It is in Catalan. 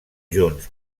junts